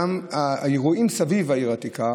גם האירועים סביב העיר העתיקה,